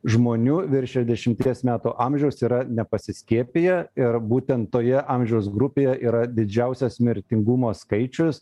žmonių virš šešiasdešimties metų amžiaus yra nepasiskiepiję ir būtent toje amžiaus grupėje yra didžiausias mirtingumo skaičius